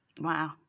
Wow